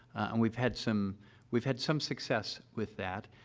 and we've had some we've had some success with that.